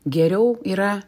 geriau yra